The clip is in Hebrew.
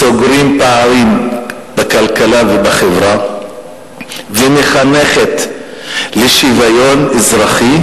סוגרות פערים בכלכלה ובחברה ומחנכות לשוויון אזרחי,